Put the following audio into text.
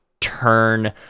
turn